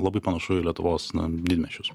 labai panašu į lietuvos na didmiesčius